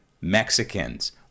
Mexicans